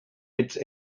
its